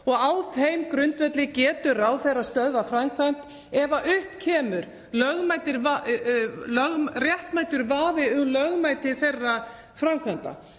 og á þeim grundvelli getur ráðherra stöðvað framkvæmd ef upp kemur réttmætur vafi um lögmæti þeirra framkvæmda.